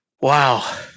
Wow